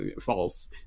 false